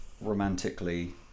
romantically